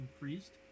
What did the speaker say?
increased